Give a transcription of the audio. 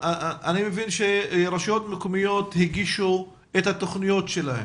אני מבין שרשויות מקומיות הגישו את התוכניות שלהן,